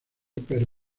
per